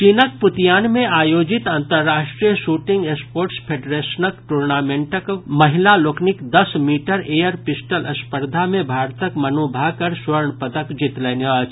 चीनक पुतियान मे आयोजित अंतर्राष्ट्रीय शूटिंग स्पोर्टस फेडरेशन टूर्नामेंटक महिला लोकनिक दस मीटर एयर पिस्टल स्पर्धा मे भारतक मनु भाकड़ स्वर्ण पदक जीतलनि अछि